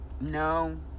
No